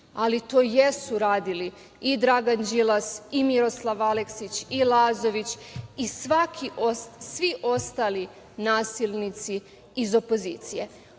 ali to jesu radili i Dragan Đilas i Miroslav Aleksić i Lazović i svi ostali nasilnici iz opozicije. Ovo